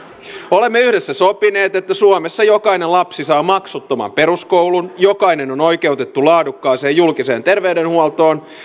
olemme yhdessä sopineet että suomessa jokainen lapsi saa maksuttoman peruskoulun jokainen on oikeutettu laadukkaaseen julkiseen terveydenhuoltoon